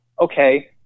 okay